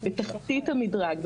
בתחתית המדרג,